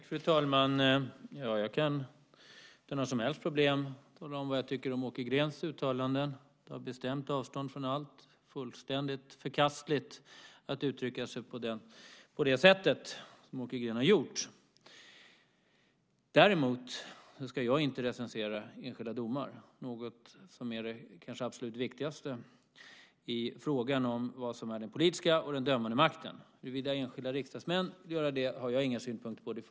Fru talman! Jag kan utan några som helst problem tala om vad jag tycker om Åke Greens uttalanden. Jag tar bestämt avstånd från allt. Det är fullständigt förkastligt att uttrycka sig på det sätt som Åke Green har gjort. Däremot ska jag inte recensera enskilda domar. Det är kanske det absolut viktigaste i frågan om vad som är den politiska och vad som är den dömande makten. Huruvida enskilda riksdagsmän vill göra det har jag inga synpunkter på.